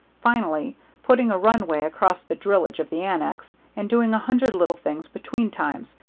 finally putting a runway across the drillage of the annex, and doing a hundred little things between times,